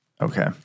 Okay